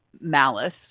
malice